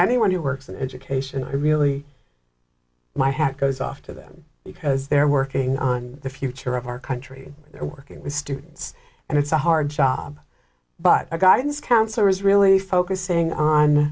anyone who works in education i really my hat goes off to them because they're working on the future of our country they're working with students and it's a hard job but a guidance counselor is really focusing on